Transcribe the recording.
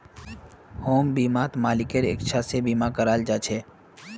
home बीमात मालिकेर इच्छार हिसाब से बीमा कराल जा छे